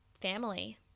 family